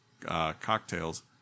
cocktails